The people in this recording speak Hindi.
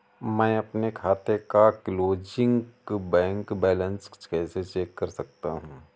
मैं अपने खाते का क्लोजिंग बैंक बैलेंस कैसे चेक कर सकता हूँ?